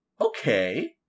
Okay